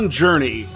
journey